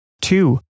Two